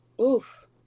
Oof